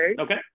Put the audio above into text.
okay